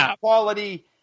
quality